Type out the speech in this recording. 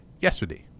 yesterday